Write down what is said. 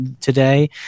today